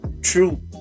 true